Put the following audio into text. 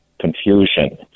confusion